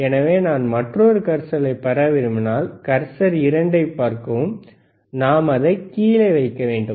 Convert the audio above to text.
எனவே நான் மற்றொரு கர்சரைப் பெற விரும்பினால் கர்சர் இரண்டை பார்க்கவும் நாம் அதை கீழே வைக்க வேண்டும்